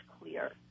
clear